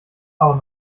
auch